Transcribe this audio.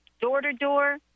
door-to-door